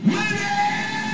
Money